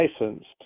licensed